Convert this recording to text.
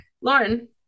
Lauren